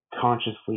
consciously